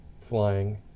flying